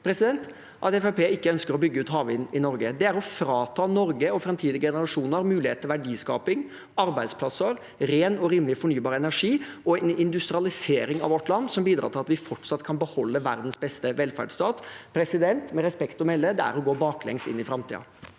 Fremskrittspartiet ikke ønsker å bygge ut havvind i Norge. Det er å frata Norge og framtidige generasjoner mulighet til verdiskaping, arbeidsplasser, ren og rimelig fornybar energi og en industrialisering av vårt land som bidrar til at vi fortsatt kan beholde verdens beste velferdsstat. Med respekt å melde – det er å gå baklengs inn i framtiden.